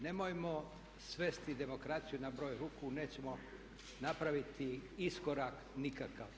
Nemojmo svesti demokraciju na broj ruku, nećemo napraviti iskorak nikakav.